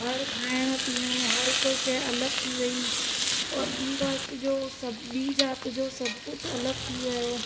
हर खाइणु पीअणु हर हिकु शइ अलॻि थी वई और ॿी कास्ट जो सभु ॿी जाति जो सभु कुझु अलॻि थी वियो